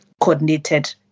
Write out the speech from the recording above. coordinated